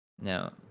now